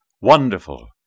Wonderful